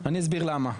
אני אסביר למה.